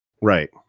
Right